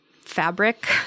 fabric